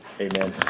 amen